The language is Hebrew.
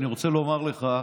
אני רוצה לומר לך,